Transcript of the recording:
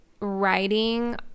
writing